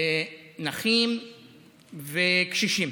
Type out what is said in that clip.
ונכים וקשישים.